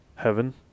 Heaven